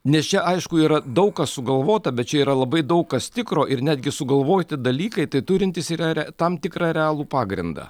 nes čia aišku yra daug kas sugalvota bet čia yra labai daug kas tikro ir netgi sugalvoti dalykai tai turintys yra re tam tikrą realų pagrindą